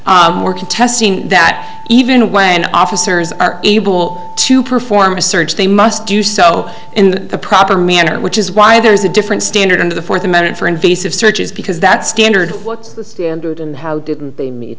contesting that even when officers are able to perform a search they must do so in the proper manner which is why there is a different standard under the fourth amendment for invasive searches because that standard what's the standard and how didn't they